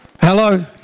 Hello